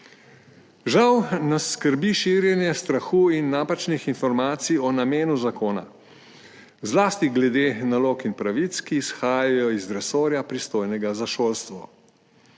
Žal nas skrbi širjenje strahu in napačnih informacij o namenu zakona, zlasti glede nalog in pravic, ki izhajajo iz resorja, pristojnega za šolstvo.